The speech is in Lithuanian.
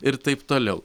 ir taip toliau